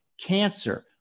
cancer